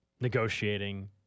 negotiating